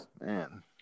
man